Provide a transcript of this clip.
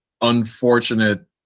unfortunate